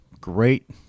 great